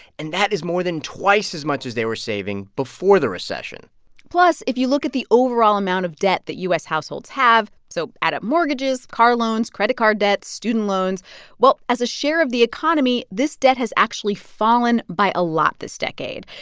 and that is more than twice as much as they were saving before the recession plus, if you look at the overall amount of debt that u s. households have so add up mortgages, car loans, credit card debt, student loans well, as a share of the economy, this debt has actually fallen by a lot this decade.